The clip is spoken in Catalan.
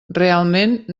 realment